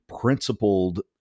principled